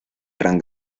gran